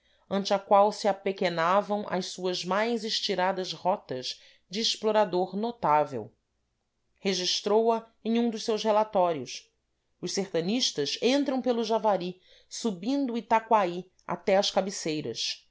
ante a qual se apequenavam as suas mais estiradas rotas de explorador notável registrou a em um de seus relatórios os sertanistas entram pelo javari subindo o itacoaí até às cabeceiras